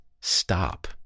stop